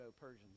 Persians